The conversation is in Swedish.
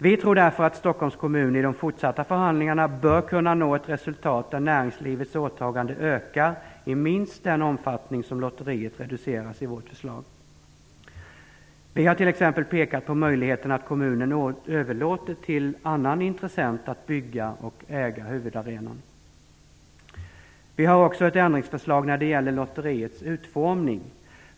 Vi tror därför att Stockholms kommun i de fortsatta förhandlingarna bör kunna nå ett resultat där näringslivets åtagande ökar i minst den omfattning som lotteriet reduceras i vårt förslag. Vi har t.ex. pekat på möjligheterna att kommunen överlåter till annan intressent att bygga och äga huvudarenan. Vi har också ett ändringsförslag när det gäller lotteriets utformning.